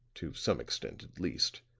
to some extent, at least.